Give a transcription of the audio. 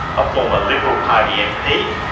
a former liberal party mp,